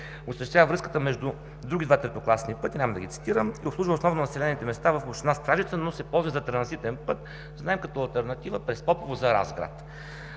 осъществява връзката между други два третокласни пътя, няма да ги цитирам, обслужва основно населените места в община Стражица, но се ползва и за транзитен път, знаем, като алтернатива – през Попово за Разград.